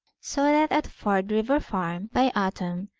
so that at frod river farm, by autumn,